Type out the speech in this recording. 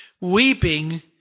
Weeping